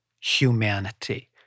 humanity